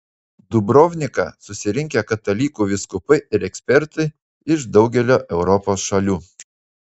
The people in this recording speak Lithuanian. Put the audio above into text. dubrovniką susirinkę katalikų vyskupai ir ekspertai iš daugelio europos šalių